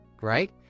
Right